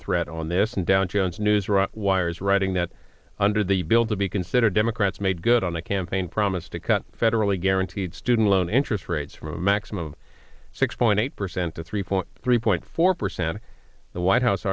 threat on this and down jones news wires writing that under the bill to be considered democrats made good on a campaign promise to cut federally guaranteed student loan interest rates from a maximum of six point eight percent to three point three point four percent the white house